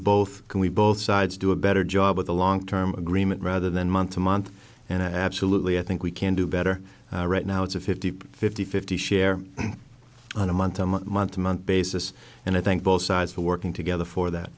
both and we both sides do a better job with the long term agreement rather than month to month and i absolutely i think we can do better right now it's a fifty fifty fifty share on a month to month month to month basis and i think both sides are working together for that